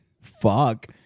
Fuck